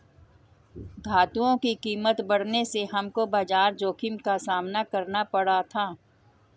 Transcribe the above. धातुओं की कीमत बढ़ने से हमको बाजार जोखिम का सामना करना पड़ा था